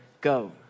go